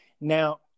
Now